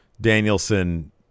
Danielson